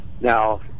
Now